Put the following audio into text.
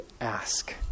ask